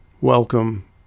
Welcome